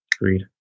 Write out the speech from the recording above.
Agreed